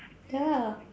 ya